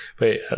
wait